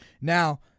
Now